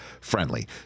friendly